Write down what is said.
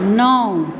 नओ